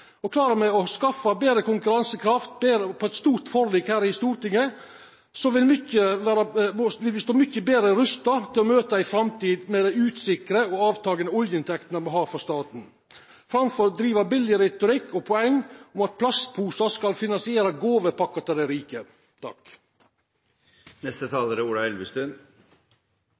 samfunnet. Klarar me å få til konkurransekraft med eit breitt forlik her i Stortinget, vil me stå mykje betre rusta til å møta ei framtid med usikre og fallande oljeinntekter for staten – framfor at ein driv med billeg retorikk og billege poeng om at plastposar skal finansiera gåvepakker til dei rike. Vi lever i en usikker og urolig verden. Internasjonalt er